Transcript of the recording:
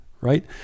right